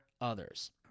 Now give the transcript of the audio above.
others